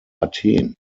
athen